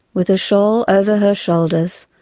with a shawl over her shoulders,